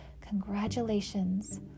Congratulations